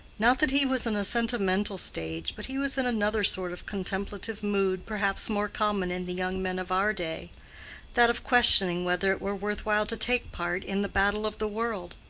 not that he was in a sentimental stage but he was in another sort of contemplative mood perhaps more common in the young men of our day that of questioning whether it were worth while to take part in the battle of the world